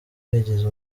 bagize